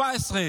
2017,